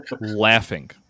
laughing